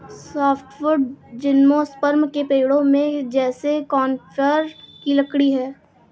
softwood gymnosperm के पेड़ों जैसे कॉनिफ़र की लकड़ी है